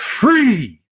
free